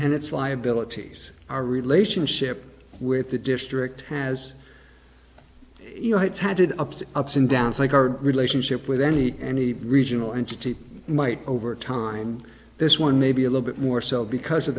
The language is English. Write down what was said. and its liabilities our relationship with the district has you know how do the ups and downs like our relationship with any regional entity might over time this one maybe a little bit more so because of